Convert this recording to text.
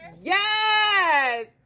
yes